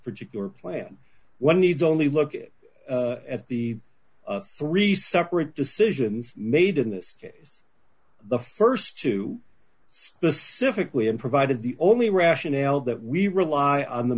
particular plan one needs only look at the three separate decisions made in this case the st two specifically and provided the only rationale that we rely on the